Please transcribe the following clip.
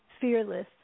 fearless